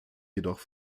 jedoch